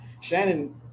Shannon